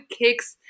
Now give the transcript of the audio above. kicks